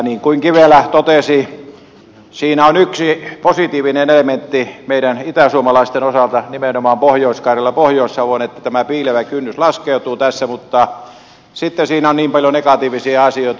niin kuin kivelä totesi siinä on yksi positiivinen elementti meidän itäsuomalaisten osalta nimenomaan pohjois karjalan pohjois savon että tämä piilevä kynnys laskeutuu tässä mutta sitten siinä on niin paljon negatiivisia asioita